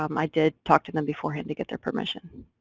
um i did talk to them beforehand to get their permission.